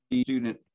student